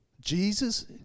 Jesus